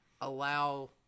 allow